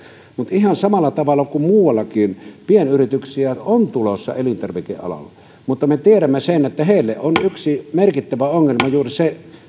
mutta ihan samalla tavalla kuin muuallakin pienyrityksiä on tulossa elintarvikealalle me tiedämme sen että heille on yksi merkittävä ongelma juuri se